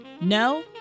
No